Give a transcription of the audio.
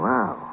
Wow